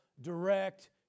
direct